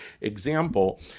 example